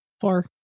Four